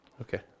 Okay